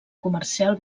comercial